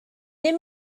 him